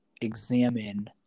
examine